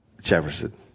Jefferson